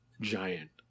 giant